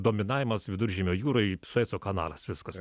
dominavimas viduržemio jūroj sueco kanalas viskas